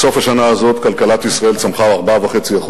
בסוף שנה זו כלכלת ישראל צמחה ב-4.5%.